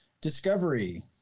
Discovery